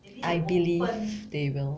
I believe they will